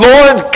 Lord